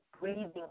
breathing